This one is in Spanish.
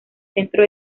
centro